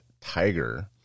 Tiger